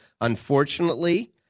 unfortunately